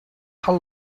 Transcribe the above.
how